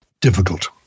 difficult